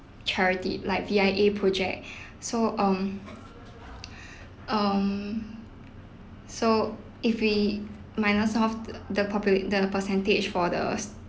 charity like V_I_A project so um um so if we minus off the popula~ the percentage for the